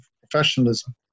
professionalism